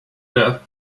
death